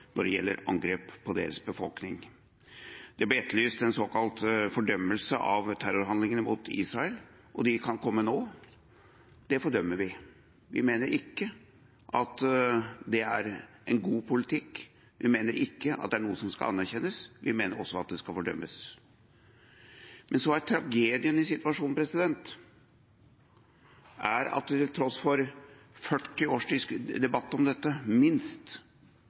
når det gjelder angrep på deres befolkning. Det ble etterlyst en såkalt fordømmelse av terrorhandlingene mot Israel. Den kan komme nå: Det fordømmer vi. Vi mener ikke at det er en god politikk, vi mener ikke at det er noe som skal anerkjennes, vi mener også at det skal fordømmes. Tragedien er – til tross for minst 40 års debatt om dette